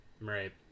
Right